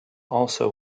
also